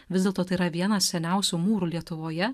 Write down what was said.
vis dėlto tai yra vienas seniausių mūrų lietuvoje